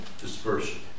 dispersion